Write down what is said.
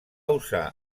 usar